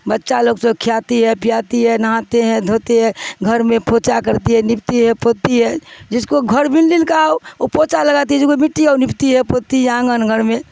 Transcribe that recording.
بچہ لوگ سب کھات ہے پیااتی ہے نہاتے ہیں دھوتے ہے گھر میں پوچا کرتی ہے نپتی ہے پوتی ہے جس کو گھر بل لل کاا وہ پوچا لگاتی ہے جس کو مٹی آ اور نپتی ہے پوتی ہے آنگن گھر میں